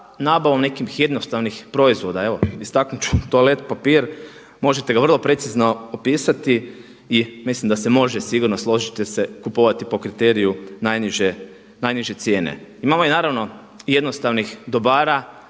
nabavom nekih jednostavnih proizvoda, evo istaknut ću toalet papir možete ga vrlo precizno opisati i mislim da se može sigurno složit ćete se, kupovati po kriteriju najniže cijene. Imamo naravno jednostavno dobara